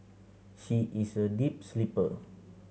she is a deep sleeper